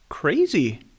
Crazy